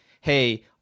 hey